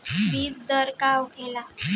बीज दर का होला?